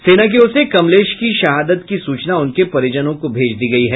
सेना की ओर से कमलेश की शहादत की सूचना उनके परिजनों को भेज दी गयी है